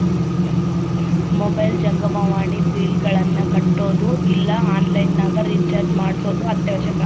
mobile ಜಂಗಮವಾಣಿ ಬಿಲ್ಲ್ಗಳನ್ನ ಕಟ್ಟೊದು ಇಲ್ಲ ಆನ್ಲೈನ್ ನಗ ರಿಚಾರ್ಜ್ ಮಾಡ್ಸೊದು ಅತ್ಯವಶ್ಯಕ